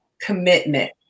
commitment